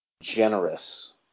generous